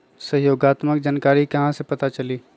सहयोगात्मक जानकारी कहा से पता चली?